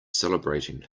celebrating